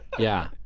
yeah.